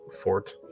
fort